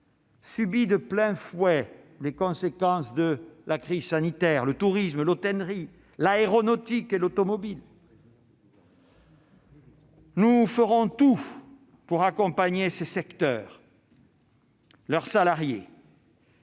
subit de plein fouet les conséquences de la crise sanitaire : le tourisme, l'hôtellerie, l'aéronautique et l'automobile. Nous ferons tout pour accompagner ces secteurs, leurs salariés